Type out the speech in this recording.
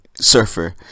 Surfer